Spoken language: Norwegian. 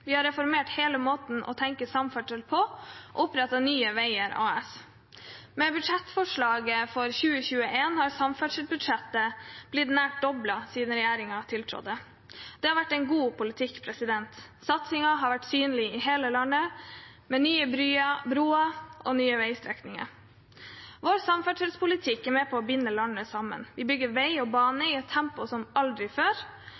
Vi har reformert hele måten å tenke samferdsel på og opprettet Nye Veier AS. Med budsjettforslaget for 2021 har samferdselsbudsjettet blitt nær doblet siden regjeringen tiltrådte. Det har vært en god politikk. Satsingen har vært synlig i hele landet, med nye broer og nye veistrekninger. Vår samferdselspolitikk er med på å binde landet sammen, vi bygger vei og jernbane i et tempo som aldri før,